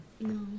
No